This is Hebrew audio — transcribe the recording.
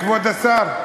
כבוד השר?